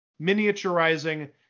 miniaturizing